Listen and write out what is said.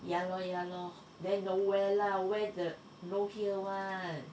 ya lor ya lor then don't wear lah wear the no heel [one]